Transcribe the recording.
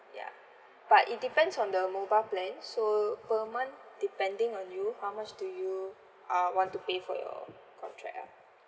ya but it depends on the mobile plan so per month depending on you how much do you uh want to pay for your contract lah